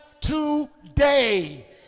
today